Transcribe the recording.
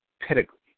pedigree